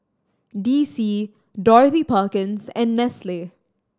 D C Dorothy Perkins and Nestle